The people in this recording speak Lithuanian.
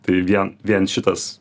tai vien vien šitas